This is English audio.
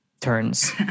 turns